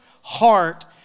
heart